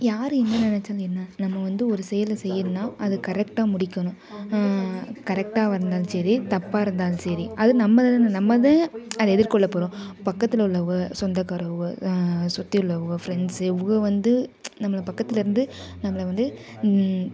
யார் என்ன நெனைச்சால் என்ன நம்ம வந்து ஒரு செயலை செய்யணும்ன்னா அது கரெக்டாக முடிக்கணும் கரெக்டாக வந்தாலும் சரி தப்பாக இருந்தாலும் சரி அது நம்மதுனு நம்ம தான் அதை எதிர்கொள்ளப் போகிறோம் பக்கத்தில் உள்ளவுங்க சொந்தக்காரவுங்க சுற்றி உள்ளவுங்க ஃப்ரெண்ட்ஸு இவுங்க வந்து நம்மளை பக்கத்தில் இருந்து நம்மளை வந்து